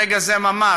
ברגע זה ממש,